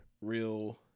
real